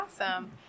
Awesome